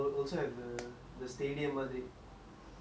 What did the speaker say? the stadium !wah! damn cool I swear